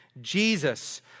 Jesus